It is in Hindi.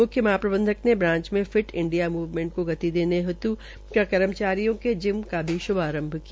मुख्य महाप्रबंधक ने ब्रांच में फिट इंडिया मूवमेंट को गति देने हेतु कर्मचारियों के जिम का भी शुभारंभ किया